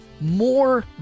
more